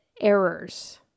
errors